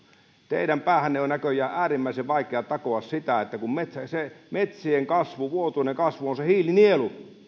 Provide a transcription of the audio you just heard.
teidän päähänne on näköjään äärimmäisen vaikea takoa sitä että metsien vuotuinen kasvu on se hiilinielu